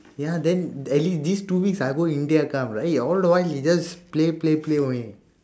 ya then at least these two weeks I go india come right you all don't want he just play play play only